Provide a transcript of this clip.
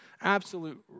absolute